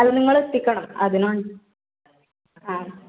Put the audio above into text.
അല്ല നിങ്ങളെത്തിക്കണം അതിനാണ് ആ